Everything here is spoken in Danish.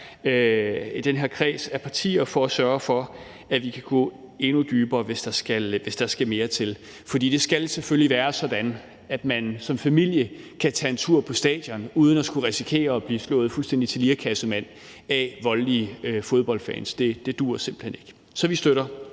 i den her kreds af partier for at sørge for, at vi kan gå endnu dybere, hvis der skal mere til. Det er vi klar til. For det skal selvfølgelig være sådan, at man som familie kan tage en tur på stadion uden at skulle risikere at blive slået fuldstændig til lirekassemand af voldelige fodboldfans. Det duer simpelt hen ikke. Så vi støtter